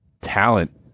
talent